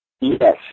Yes